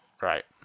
Right